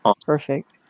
Perfect